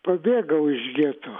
pabėgau iš geto